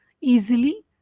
easily